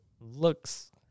looks